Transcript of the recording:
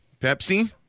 Pepsi